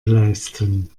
leisten